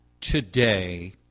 today